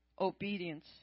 obedience